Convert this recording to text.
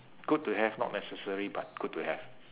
good to have not necessary but good to have